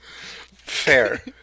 Fair